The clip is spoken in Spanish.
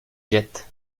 jet